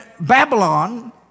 Babylon